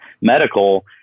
medical